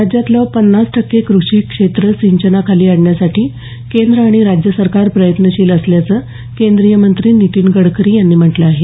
राज्यातलं पन्नास टक्के कृषी क्षेत्र सिंचनाखाली आणण्यासाठी केंद्र आणि राज्य सरकार प्रयत्नशील असल्याचं केंद्रीय मंत्री नितीन गडकरी यांनी म्हटलं आहे